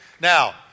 now